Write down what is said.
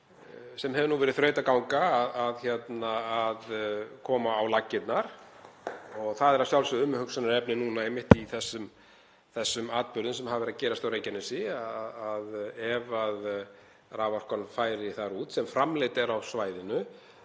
sem hefur nú verið þrautaganga að koma á laggirnar. Það er að sjálfsögðu umhugsunarefni núna einmitt í þessum atburðum sem hafa verið að gerast á Reykjanesskaga að ef raforkan færi þar út sem framleidd er á svæðinu